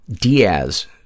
Diaz